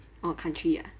oh country ah